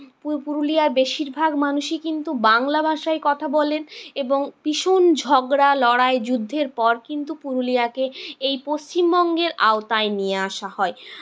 পুরু পুরুলিয়ার বেশিরভাগ মানুষই কিন্তু বাংলা ভাষায় কথা বলেন এবং ভীষণ ঝগড়া লড়াই যুদ্ধের পর কিন্তু পুরুলিয়াকে এই পশ্চিমবঙ্গের আওতায় নিয়ে আসা হয়